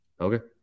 okay